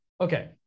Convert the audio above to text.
Okay